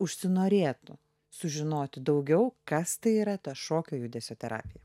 užsinorėtų sužinoti daugiau kas tai yra ta šokio judesio terapija